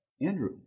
Andrew